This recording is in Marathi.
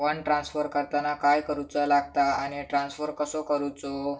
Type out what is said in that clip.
फंड ट्रान्स्फर करताना काय करुचा लगता आनी ट्रान्स्फर कसो करूचो?